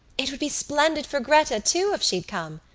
it would be splendid for gretta too if she'd come.